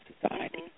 society